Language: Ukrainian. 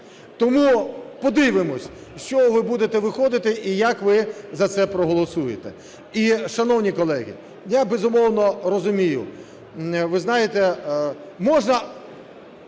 Тому подивимося, з чого ви будете виходити і як ви за це проголосуєте. І, шановні колеги, я, безумовно, розумію, ви знаєте, можна